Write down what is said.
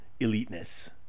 eliteness